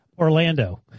Orlando